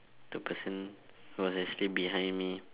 the person was actually behind me